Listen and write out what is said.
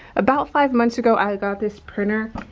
about five months ago i got this printer,